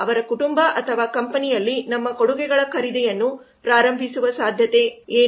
ಅವರ ಕುಟುಂಬ ಅಥವಾ ಕಂಪನಿಯಲ್ಲಿ ನಮ್ಮ ಕೊಡುಗೆಗಳ ಖರೀದಿಯನ್ನು ಪ್ರಾರಂಭಿಸುವ ಸಾಧ್ಯತೆ ಯಾರು